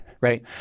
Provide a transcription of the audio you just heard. right